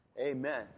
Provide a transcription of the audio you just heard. Amen